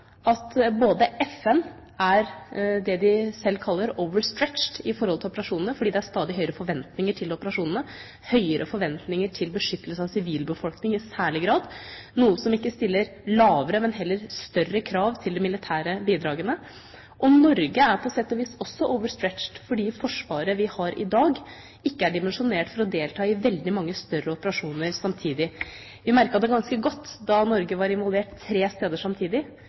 FN er det de sjøl kaller «overstretched» i forhold til operasjonene, fordi det er stadig høyere forventninger til operasjonene, og høyere forventninger til beskyttelse av sivilbefolkningen i særlig grad, noe som ikke stiller lavere, men heller større krav til de militære bidragene. Norge er på sett og vis også «overstretched», fordi det forsvaret vi har i dag, ikke er dimensjonert for å delta i veldig mange større operasjoner samtidig. Vi merket det ganske godt da Norge var involvert tre steder samtidig,